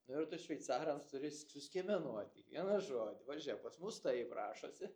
nu ir tu šveicarams turi s suskiemenuot kiekvieną žodį va žėk pas mus taip rašosi